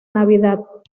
navidad